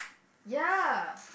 ya